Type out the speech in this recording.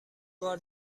بار